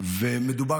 כמובן.